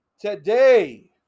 Today